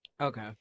okay